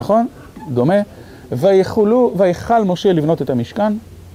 נכון? דומה, ויחולו... ויחל משה לבנות את המשכן...